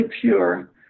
pure